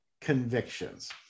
convictions